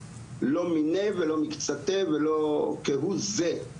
לא מינה ולא מקצתה ולא כהוא זה,